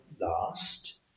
last